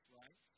right